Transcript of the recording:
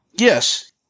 Yes